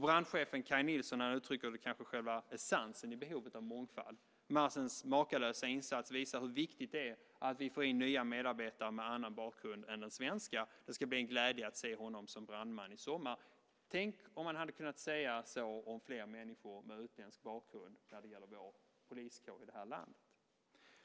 Brandchefen Kaj Nilsson uttrycker kanske själva essensen i behovet av mångfald: "Mazens makalösa insats visar hur viktigt det är att vi får in nya medarbetare med annan bakgrund än den svenska. Det ska bli en glädje att se honom som brandman i sommar." Tänk om man hade kunnat säga så om fler människor med utländsk bakgrund när det gäller vår poliskår i det här landet!